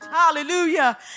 hallelujah